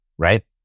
Right